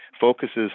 focuses